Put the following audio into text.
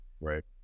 Right